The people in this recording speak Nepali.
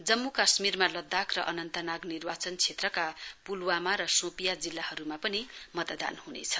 जम्मू काश्मीरमा लद्दाख र अनन्तनाग निर्वाचन क्षेत्रका पुलवामा र शोपियां जिल्लाहरूमा पनि मतदान हुनेछ